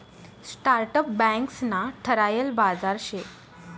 startup banks ना ठरायल बाजार शे